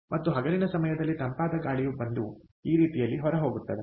ಮತ್ತು ಹಗಲಿನ ಸಮಯದಲ್ಲಿ ತಂಪಾದ ಗಾಳಿಯು ಬಂದು ಈ ರೀತಿಯಲ್ಲಿ ಹೊರಹೋಗುತ್ತದೆ